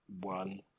one